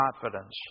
confidence